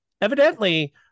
evidently